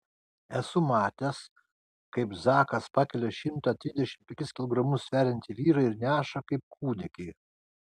esu matęs kaip zakas pakelia šimtą trisdešimt penkis kilogramus sveriantį vyrą ir neša kaip kūdikį